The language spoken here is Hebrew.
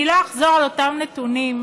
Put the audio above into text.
אני לא אחזור על אותם נתונים,